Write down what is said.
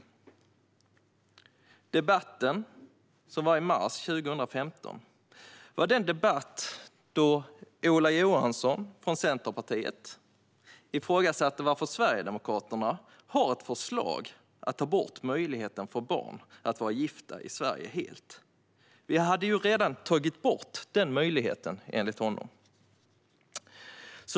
Under den debatten, som ägde rum i mars 2015, ifrågasatte Ola Johansson från Centerpartiet varför Sverigedemokraterna har ett förslag om att helt ta bort möjligheten för barn att vara gifta i Sverige. Vi hade ju redan tagit bort den möjligheten, enligt honom.